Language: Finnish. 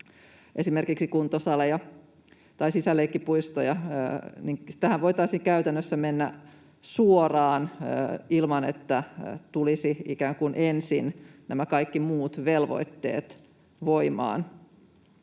esimerkiksi kuntosaleja tai sisäleikkipuistoja, voitaisiin käytännössä mennä suoraan ilman, että ikään kuin ensin nämä kaikki muut velvoitteet tulisivat